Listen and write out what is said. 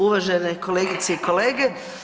Uvažene kolegice i kolege.